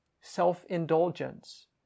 self-indulgence